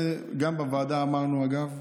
גם בוועדה אמרנו, אגב,